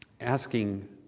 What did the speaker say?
asking